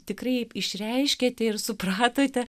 tikrai išreiškėte ir supratote